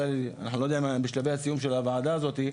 אני לא יודע אם אנחנו בשלבי הסיום של הוועדה הזאת,